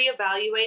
reevaluate